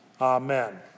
Amen